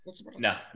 No